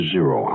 Zero